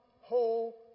whole